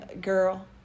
girl